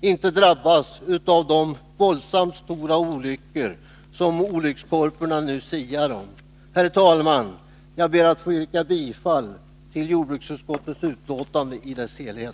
inte drabbas av de våldsamt stora olyckor som olyckskorparna nu siar om. Herr talman! Jag ber att få yrka bifall till jordbruksutskottets hemställan i dess helhet.